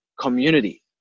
community